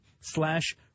slash